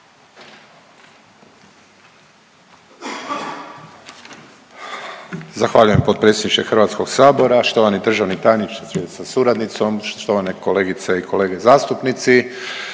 Zahvaljujem potpredsjedniče Hrvatskog sabora, štovani državni tajniče sa suradnicom, štovane kolegice i kolege zastupnici.